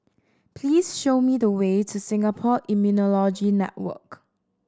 please show me the way to Singapore Immunology Network